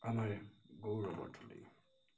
আমাৰ গৌৰৱৰ থলী